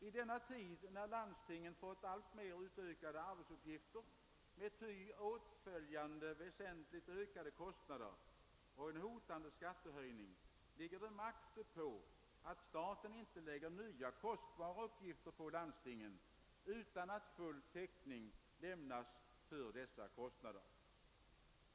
I denna tid, då landstingen fått alltmer utökade arbetsuppgifter med ty åtföljande väsentligt ökade kostnader och en hotande skattehöjning, ligger det makt uppå att staten inte lägger nya kostnadskrävande uppgifter på landstingen utan att full täckning lämnas för. dessa kostnader.